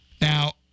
Now